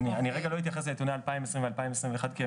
אני רגע לא אתייחס לנתוני 2020 ו-2021 כי הם